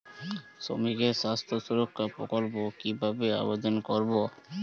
শ্রমিকের স্বাস্থ্য সুরক্ষা প্রকল্প কিভাবে আবেদন করবো?